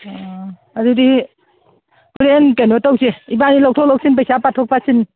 ꯑꯥ ꯑꯗꯨꯗꯤ ꯍꯣꯔꯦꯟ ꯀꯩꯅꯣ ꯇꯧꯁꯦ ꯏꯕꯥꯟꯅꯤ ꯂꯧꯊꯣꯛ ꯂꯧꯁꯤꯟ ꯄꯩꯁꯥ ꯄꯥꯊꯣꯛ ꯄꯥꯁꯤꯟ